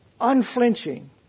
unflinching